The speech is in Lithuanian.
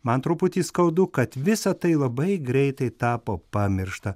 man truputį skaudu kad visa tai labai greitai tapo pamiršta